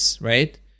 right